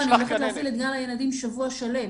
אני הולכת להפעיל את גן הילדים שבוע שלם.